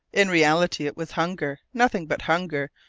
in reality, it was hunger, nothing but hunger,